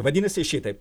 vadinasi šitaip